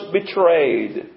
betrayed